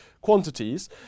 quantities